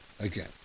again